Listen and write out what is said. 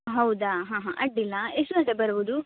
ಹೌದಾ ಹಾಂ ಹಾಂ ಅಡ್ಡಿಲ್ಲ ಎಷ್ಟು ಗಂಟೆಗೆ ಬರ್ಬೋದು